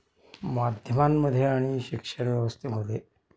माध्यमांमध्ये आणि शिक्षण व्यवस्थेमध्ये